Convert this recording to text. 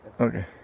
Okay